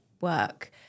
work